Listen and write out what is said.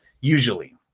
usually